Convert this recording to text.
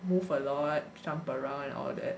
move a lot jump around and all that